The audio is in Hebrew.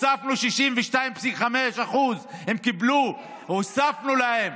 הוספנו 62.5%. הם קיבלו, הוספנו להם,